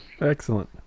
excellent